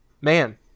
man